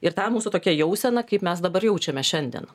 ir tą mūsų tokią jauseną kaip mes dabar jaučiamės šiandien